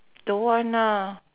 don't want ah